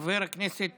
חבר הכנסת